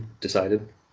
decided